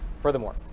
Furthermore